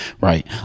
right